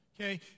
Okay